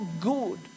good